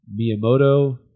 Miyamoto